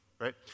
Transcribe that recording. right